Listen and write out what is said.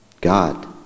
God